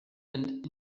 and